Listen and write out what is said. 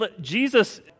Jesus